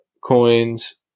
coins